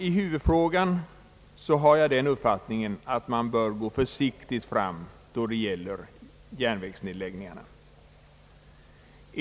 I huvudfrågan har jag, herr talman, den uppfattningen att man bör gå försiktigt fram då det gäller järnvägsnedläggningarna.